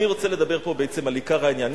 אני רוצה לדבר פה בעצם על עיקר העניין.